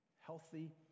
healthy